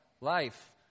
Life